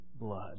blood